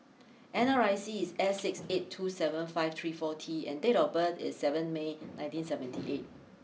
N R I C is S six eight two seven five three four T and date of birth is seven May nineteen seventy eight